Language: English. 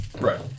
Right